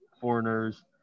foreigners